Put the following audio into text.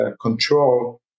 control